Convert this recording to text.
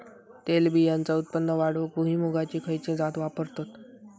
तेलबियांचा उत्पन्न वाढवूक भुईमूगाची खयची जात वापरतत?